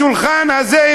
השולחן הזה,